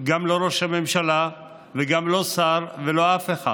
גם לא ראש הממשלה וגם לא שר ולא אף אחד.